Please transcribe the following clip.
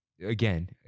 again